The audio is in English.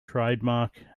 trademark